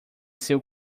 seu